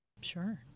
Sure